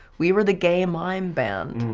we were the gay mime band.